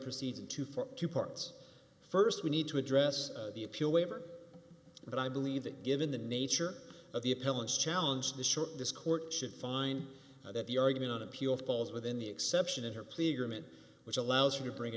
proceeds into for two parts st we need to address the appeal waiver but i believe that given the nature of the appellate challenge the short this court should find that the argument on appeal falls within the exception of her plea agreement which allows you to bring a